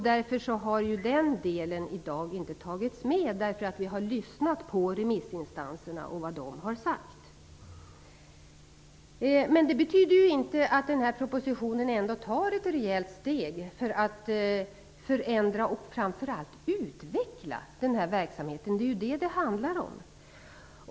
Den delen har inte tagits med, eftersom vi har lyssnat på vad remissinstanserna har sagt. Men detta betyder inte att propositionen inte tar ett rejält steg för att förändra och framför allt utveckla verksamheten. Det är ju vad det hela handlar om.